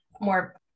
more